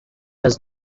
does